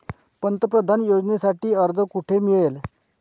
पंतप्रधान योजनेसाठी अर्ज कुठे मिळेल?